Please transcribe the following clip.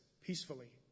peacefully